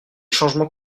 changements